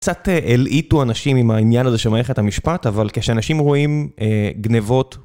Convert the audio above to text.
קצת הלעיטו אנשים עם העניין הזה של מערכת את המשפט, אבל כשאנשים רואים גנבות...